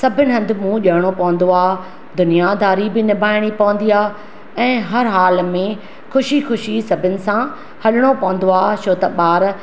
सभिनी हंधि मुंहुं ॾियणो पवंदो आहे दुनिया दारी बि निभाईणी पवंदी आहे ऐं हर हाल में ख़ुशी ख़ुशी सभिनी सां हलिणो पवंदो आहे छो त ॿारु